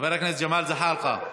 חבר הכנסת ג'מאל זחאלקה,